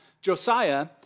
Josiah